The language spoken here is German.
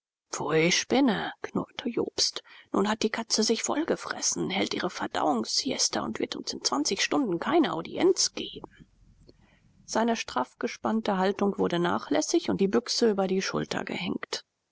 pfui spinne knurrte jobst nun hat die katze sich vollgefressen hält ihre verdauungssiesta und wird uns in zwanzig stunden keine audienz geben seine straff gespannte haltung wurde nachlässig und die büchse über die schulter gehängt